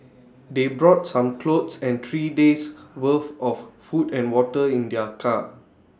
they brought some clothes and three days' worth of food and water in their car